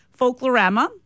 Folklorama